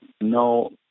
No